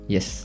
Yes